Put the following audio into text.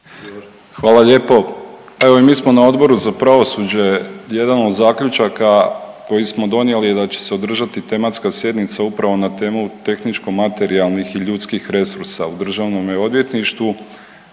Hvala lijepo. Evo i mi smo na Odboru za pravosuđe jedan od zaključaka koji smo donijeli da će se održati tematska sjednica upravo na temu tehničko materijalnih i ljudskih resursa u državnome odvjetništvu